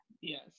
Yes